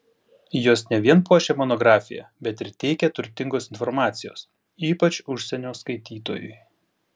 jos ne vien puošia monografiją bet ir teikia turtingos informacijos ypač užsienio skaitytojui